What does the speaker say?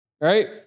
Right